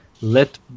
let